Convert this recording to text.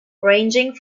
ranging